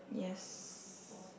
yes